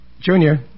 Junior